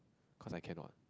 cause I can not